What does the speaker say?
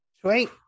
sweet